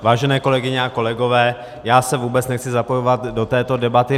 Vážené kolegyně a kolegové, já se vůbec nechci zapojovat do této debaty.